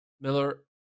Miller